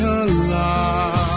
alive